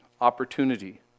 opportunity